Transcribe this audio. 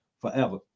forever